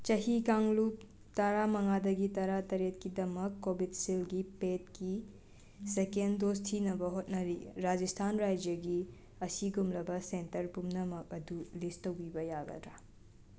ꯆꯍꯤ ꯀꯥꯡꯂꯨꯞ ꯇꯥꯔꯥꯃꯉꯥꯗꯒꯤ ꯇꯔꯥꯇꯔꯦꯠꯀꯤꯗꯃꯛ ꯀꯣꯕꯤꯗꯁꯤꯜꯒꯤ ꯄꯦꯗꯒꯤ ꯁꯦꯀꯦꯟ ꯗꯣꯖ ꯊꯤꯅꯕ ꯍꯣꯠꯅꯔꯤ ꯔꯥꯖꯁꯊꯥꯟ ꯔꯥꯏꯖꯒꯤ ꯑꯁꯤꯒꯨꯝꯂꯕ ꯁꯦꯟꯇꯔ ꯄꯨꯝꯅꯃꯛ ꯑꯗꯨ ꯂꯤꯁ ꯇꯧꯕꯤꯕ ꯌꯥꯒꯗ꯭ꯔꯥ